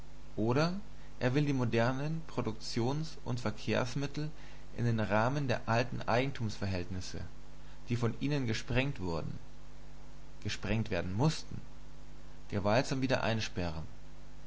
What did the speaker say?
oder er will die modernen produktions und verkehrsmittel in den rahmen der alten eigentumsverhältnisse die von ihnen gesprengt wurden gesprengt werden mußten gewaltsam wieder einsperren